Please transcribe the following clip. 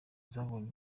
zabonye